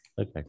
Okay